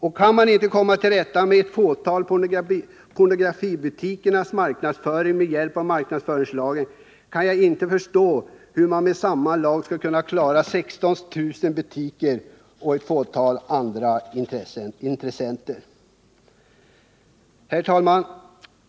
Om man inte kan komma till rätta med ett fåtal pornografibutikers marknadsföring med hjälp av marknadsföringslagen, kan jag inte förstå hur man med samma lag skall kunna klara 16 000 butiker och ett fåtal andra intressenter. Herr talman!